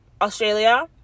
Australia